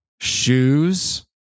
shoes